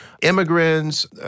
immigrants